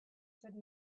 said